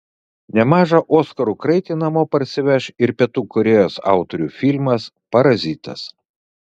nemažą oskarų kraitį namo parsiveš ir pietų korėjos autorių filmas parazitas